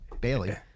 Bailey